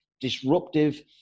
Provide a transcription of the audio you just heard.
disruptive